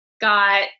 got